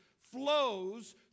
flows